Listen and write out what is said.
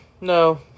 No